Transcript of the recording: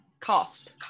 Cost